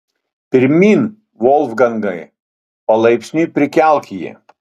pirmyn volfgangai palaipsniui prikelk jį